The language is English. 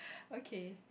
okay